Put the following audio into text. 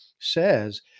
says